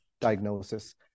diagnosis